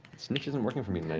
snitch isn't working for me